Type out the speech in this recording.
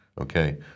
okay